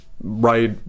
right